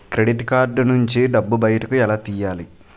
Credit card నుంచి డబ్బు బయటకు ఎలా తెయ్యలి?